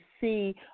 see